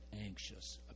anxious